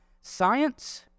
science